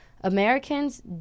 Americans